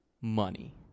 money